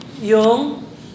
Yung